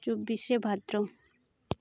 ᱪᱚᱵᱽᱵᱤᱥᱮ ᱵᱷᱟᱫᱨᱚ